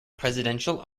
presidential